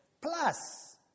plus